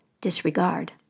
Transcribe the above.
disregard